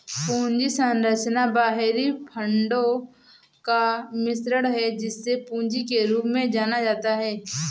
पूंजी संरचना बाहरी फंडों का मिश्रण है, जिसे पूंजी के रूप में जाना जाता है